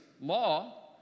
law